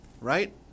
Right